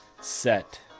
set